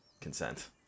consent